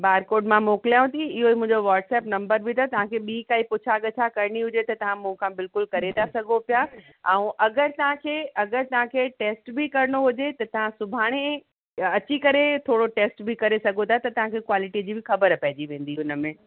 barcode मां मोकिलियांव थी इहो ई मुंहिंजो वॉट्सप नम्बर बि अथव तव्हांखे ॿीं काई पुछा ॻछा करिणी हुजे त तव्हां मूं खां बिल्कुलु करे था सघो पिया ऐं अगरि तव्हांखे अगरि तव्हांखे टेस्ट बि करिणो हुजे त तव्हां सुभाणे अची करे थोरो टेस्ट बि करे सघो था त तव्हांखे क्वालिटी जी बि ख़बर पेईजी वेंदी हुन में